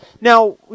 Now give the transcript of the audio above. Now